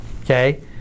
okay